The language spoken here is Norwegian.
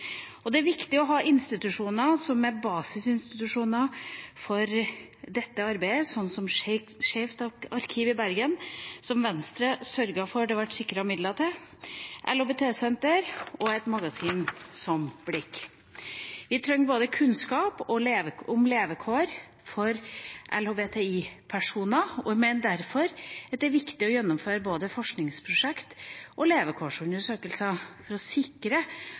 Det er også viktig å ha institusjoner som er basisinstitusjoner for dette arbeidet, som Skeivt arkiv i Bergen, som Venstre sørget for at det ble sikret midler til, LHBT-senteret og et magasin som Blikk. Vi trenger kunnskap om levekår for LHBTI-personer, men derfor er det viktig å gjennomføre både forskningsprosjekter og levekårsundersøkelser for å sikre